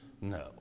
No